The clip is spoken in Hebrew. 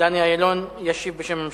דני אילון ישיב בשם הממשלה.